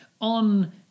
on